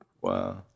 Wow